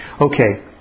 Okay